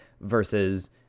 versus